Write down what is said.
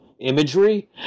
imagery